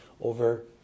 over